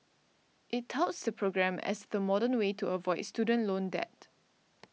it touts the program as the modern way to avoid student loan debt